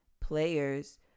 players